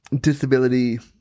disability